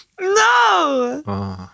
No